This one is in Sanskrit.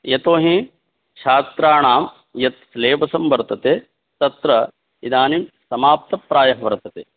यतोहि छात्राणां यत् सिलेबसं वर्तते तत्र इदानीं समाप्तप्रायः वर्तते